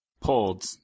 pulled